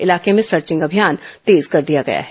इलाके में सर्विंग अभियान तेज कर दिया गया है